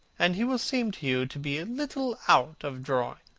and he will seem to you to be a little out of drawing,